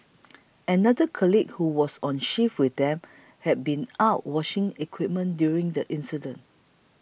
another colleague who was on shift with them had been out washing equipment during the incident